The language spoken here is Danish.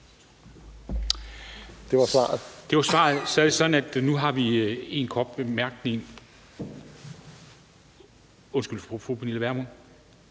Det var svaret. Så er det sådan, at nu har vi én kort bemærkning tilbage, og det er